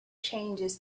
changes